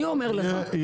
אני אומר לך.